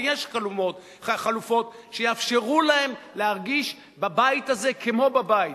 ויש חלופות שיאפשרו להם להרגיש בבית הזה כמו בבית.